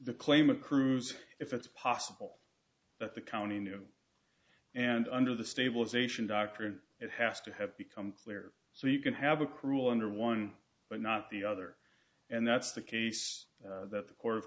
the claim accrues if it's possible that the county new and under the stabilisation doctrine it has to have become clear so you can have a cruel under one but not the other and that's the case that the court of